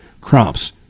crops